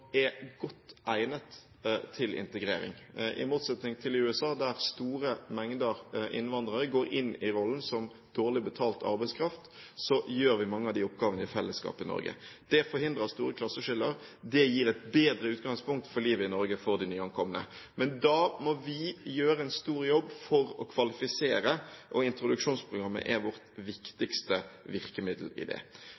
er godt egnet til integrering. I motsetning til i USA, der store mengder innvandrere går inn i rollen som dårlig betalt arbeidskraft, gjør vi mange av de oppgavene i fellesskap i Norge. Det forhindrer store klasseskiller. Det gir et bedre utgangspunkt for livet i Norge for de nyankomne. Men da må vi gjøre en stor jobb for å kvalifisere dem, og introduksjonsprogrammet er vårt